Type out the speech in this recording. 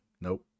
Nope